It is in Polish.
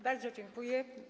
Bardzo dziękuję.